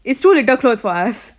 it's too little clothes for us